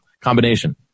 combination